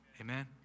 Amen